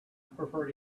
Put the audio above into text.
prefer